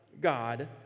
God